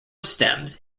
stems